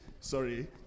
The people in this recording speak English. Sorry